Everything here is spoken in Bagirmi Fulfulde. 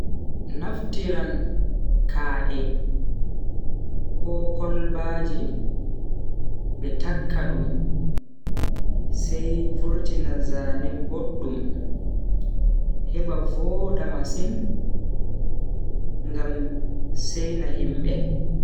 Naftiran, kaa'e ko kolbaji be takka dum sai vurtina zaane boddum. heba vooda masin ngam seina himbe.